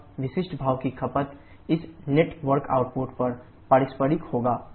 और विशिष्ट भाप की खपत इस नेट वर्क आउटपुट का पारस्परिक होगा